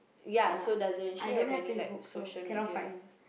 ya I don't have Facebook so cannot find her